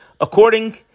according